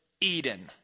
Eden